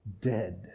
dead